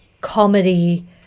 comedy